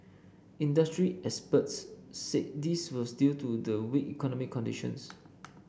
industry experts said this was due to the weak economy conditions